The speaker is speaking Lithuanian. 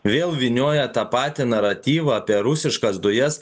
vėl vynioja tą patį naratyvą apie rusiškas dujas